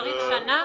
צריך שנה?